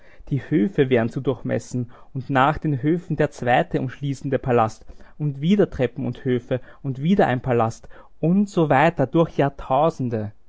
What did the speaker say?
die höfe wären zu durchmessen und nach den höfen der zweite umschließende palast und wieder treppen und höfe und wieder ein palast und so weiter durch jahrtausende